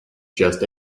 just